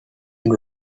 and